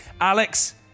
Alex